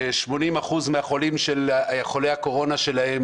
ש-80% מחולי הקורונה שלהם